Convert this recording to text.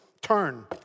turn